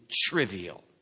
trivial